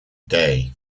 day